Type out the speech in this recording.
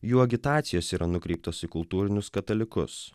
jų agitacijos yra nukreiptos į kultūrinius katalikus